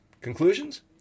Conclusions